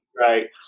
Right